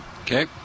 Okay